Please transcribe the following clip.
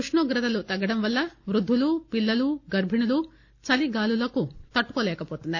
ఉష్ణోగ్రతలు తగ్గడం వల్ల వృద్యులు పిల్లలు గర్బిణులు చలిగాలులకు తట్టుకోలేకపోతున్నారు